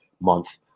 month